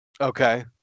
Okay